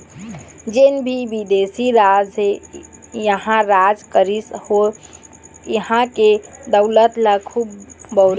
जेन भी बिदेशी राजा ह इहां राज करिस ओ ह इहां के दउलत ल खुब बउरिस